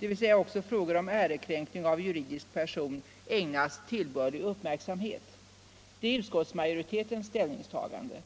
dvs. också frågor om ärekränkning av juridisk person, ägnas tillbörlig uppmärksamhet. Detta är utskottsmajoritetens ställningstagande.